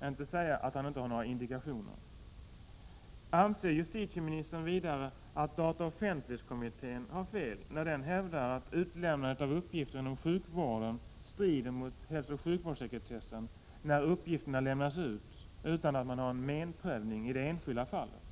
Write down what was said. och inte säga att han inte ser några indikationer på brister i det här avseendet. Anser justitieministern vidare att dataoch offentlighetskommittén har fel i sin bedömning att utlämnandet av uppgifter inom sjukvården strider mot hälsooch sjukvårdssekretessen när uppgifterna lämnas ut utan menprövning i det enskilda fallet?